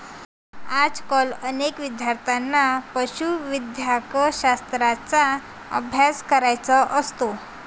आजकाल अनेक विद्यार्थ्यांना पशुवैद्यकशास्त्राचा अभ्यास करायचा असतो